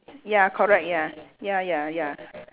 ya correct ya ya ya ya